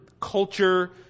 culture